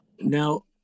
Now